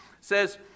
says